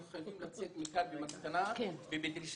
אנחנו חייבים לצאת מכאן במסקנה ובדרישה